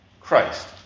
Christ